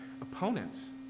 opponents